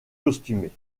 costumé